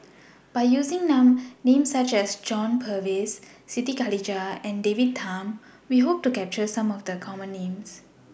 By using Names such as John Purvis Siti Khalijah and David Tham We Hope to capture Some of The Common Names